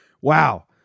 wow